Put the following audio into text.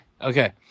Okay